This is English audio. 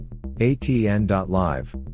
ATN.Live